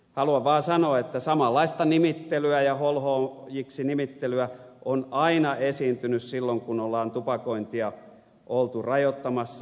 haluan vaan sanoa että samanlaista nimittelyä ja holhoojiksi nimittelyä on aina esiintynyt silloin kun on tupakointia oltu rajoittamassa